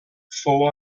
fou